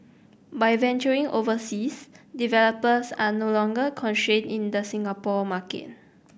by venturing overseas developers are no longer constrained in the Singapore market